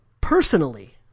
personally